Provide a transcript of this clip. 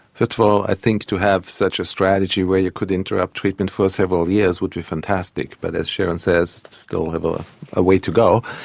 first of all i think to have such a strategy where you could interupt treatment for several years would be fantastic, but as sharon says, we still have ah a way to go.